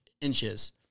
inches